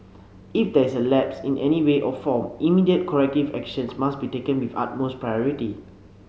if there is a lapse in any way or form immediate corrective actions must be taken with utmost priority